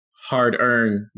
hard-earned